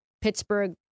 Pittsburgh